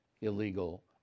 illegal